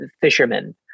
fishermen